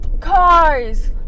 cars